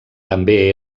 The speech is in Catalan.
també